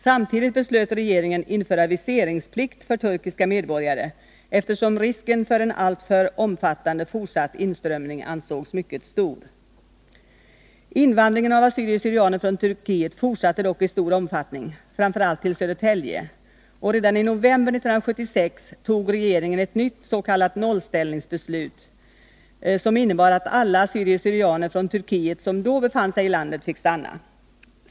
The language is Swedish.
Samtidigt beslöt regeringen införa viseringsplikt för turkiska medborgare, eftersom risken för en alltför omfattande fortsatt inströmning ansågs mycket stor. Invandringen av assyrier syrianer från Turkiet som då befann sig i landet fick stanna.